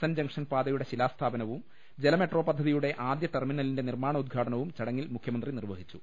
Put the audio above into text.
N junction പാതയുടെ ശിലാസ്ഥാപനവും ജല മെട്രോ പദ്ധതിയുടെ ആദ്യ ടെർമിനലിന്റെ നിർമ്മാണോദ്ഘാ ടനവും ചടങ്ങിൽ മുഖ്യമന്ത്രി നിർവഹിച്ചു